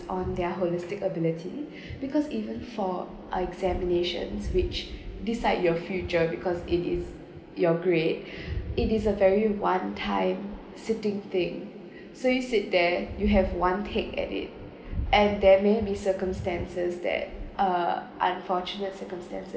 on their holistic ability because even for examinations which decide your future because it is your grade it is a very one time sitting thing so you sit there you have one take at it and there may be circumstances that uh unfortunate circumstances